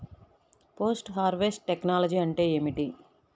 Post harvest technology అంటే ఏమిటి?